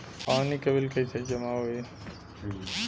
पानी के बिल कैसे जमा होयी?